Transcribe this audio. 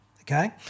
okay